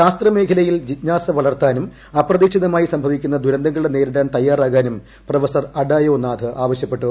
ശാസ്ത്ര മേഖലയിൽ ജിജ്ഞാസ വളർത്താനും അപ്രതീക്ഷിതമായി സംഭവിക്കുന്ന ദുരന്തങ്ങളെ നേരിടാൻ തയ്യാറാകാനും പ്രൊഫസർ അഡാ യോനാഥ് ആവശ്യപ്പെട്ടു